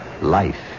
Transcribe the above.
Life